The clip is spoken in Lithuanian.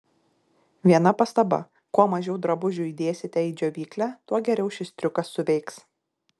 viena pastaba kuo mažiau drabužių įdėsite į džiovyklę tuo geriau šis triukas suveiks